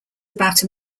about